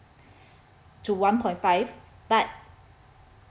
to one point five but